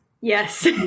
yes